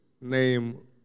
name